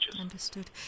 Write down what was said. understood